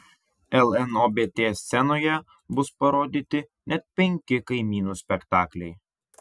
lnobt scenoje bus parodyti net penki kaimynų spektakliai